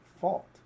fault